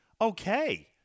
okay